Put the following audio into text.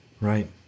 Right